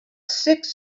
six